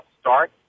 start